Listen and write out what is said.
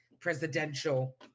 Presidential